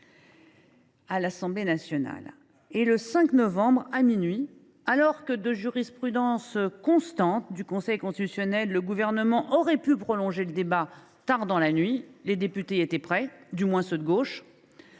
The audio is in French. à l’Assemblée nationale. Aussi, le 5 novembre à minuit, alors que, de jurisprudence constante du Conseil constitutionnel, il était possible de prolonger le débat tard dans la nuit – les députés y étaient prêts, du moins ceux de gauche